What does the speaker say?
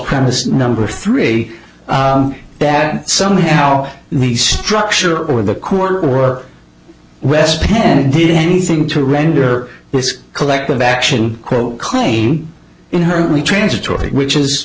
premise number three that somehow the structure or the corner or west penn did anything to render this collective action quote claim in her only transitory which is